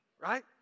right